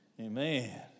Amen